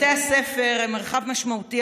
בתי הספר הם מרחב משמעותי,